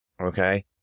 Okay